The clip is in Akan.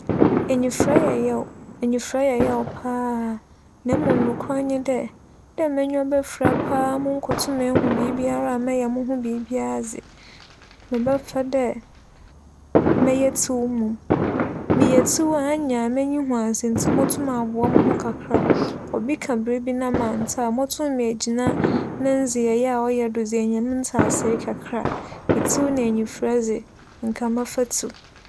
Enyifura yɛ yaw, enyifura yɛ yaw paa na mbom nokwar nye dɛ, dɛ m'enyiwa befira paa munnkotum ehu biribiara mebɛyɛ moho biribiara dze, mebɛpɛ dɛ mebɛyɛ tsiw mbom. Meyɛ tsiw a, annyɛ a m'enyi hu adze ntsi mobotum aboa moho kakra, obi ka biribi na manntse a, mobotum m'egyina ne ndzeyɛɛ a ͻyɛ do dze ehu ne ntseasee kakra. Etsiw na enyifura dze, nka mebɛfa tsiw.